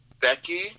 Becky